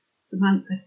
Samantha